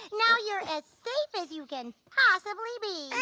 now you're as safe as you can possibly be.